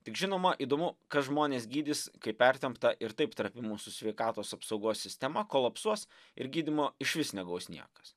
tik žinoma įdomu kas žmones gydys kai pertempta ir taip trapi mūsų sveikatos apsaugos sistema kolapsuos ir gydymo išvis negaus niekas